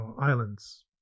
islands